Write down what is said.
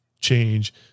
change